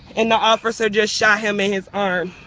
and the office so just shot him in his arm,